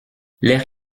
l’ère